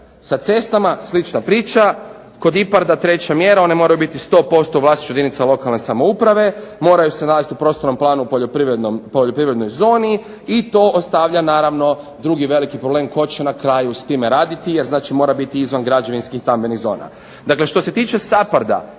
Sa cestama slična priča. Kod IPARD-a treća mjera, one moraju biti u vlasništvu jedinica lokalne samouprave, moraju se nalaziti u prostornom planu poljoprivrednoj zoni i to ostavlja naravno drugi veliki problem tko će na kraju s time raditi jer znači mora biti izvan građevinskih stambenih zona. Dakle što se tiče SAPHARD-a